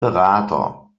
berater